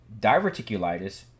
Diverticulitis